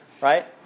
Right